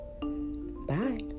Bye